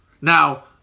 Now